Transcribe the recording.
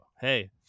hey